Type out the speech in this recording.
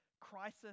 crisis